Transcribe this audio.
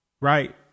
right